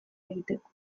egiteko